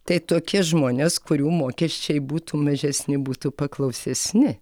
tai tokie žmonės kurių mokesčiai būtų mažesni būtų paklausesni